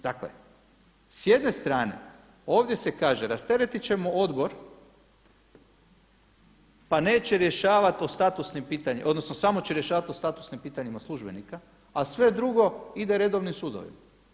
Dakle, s jedne strane ovdje se kaže rasteretiti ćemo odbor pa neće rješavati o statusnim pitanjima, odnosno samo će rješavati o statusnim pitanjima službenika a sve drugo ide redovnim sudovima.